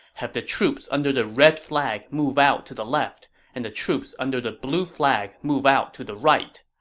have the troops under the red flag move out to the left, and the troops under the blue flag move out to the right.